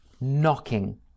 knocking